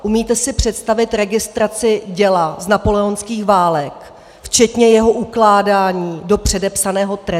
Umíte si představit registraci děla z napoleonských válek včetně jeho ukládání do předepsaného trezoru?